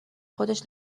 خودش